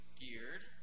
geared